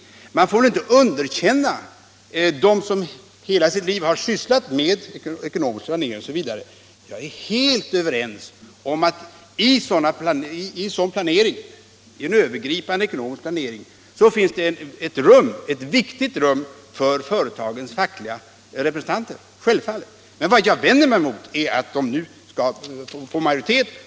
Men man får inte underkänna dem som hela sitt liv har sysslat med ekonomisk planering osv. Jag är helt överens om att det i en övergripande ekonomisk planering finns ett viktigt rum för företagens fackliga representanter, men vad jag vänder mig emot är att de nu skall få majoritet.